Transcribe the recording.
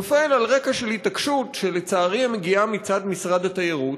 נופל על רקע של התעקשות שלצערי מגיעה מצד משרד התיירות.